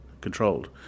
controlled